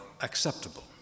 acceptable